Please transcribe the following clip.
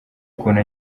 ukuntu